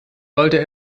sollte